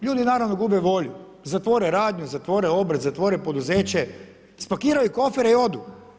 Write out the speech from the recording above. Ljudi naravno gube volju, zatvore radnju, zatvore obrt, zatvore poduzeće, spakiraju kofere i odu.